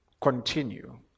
continue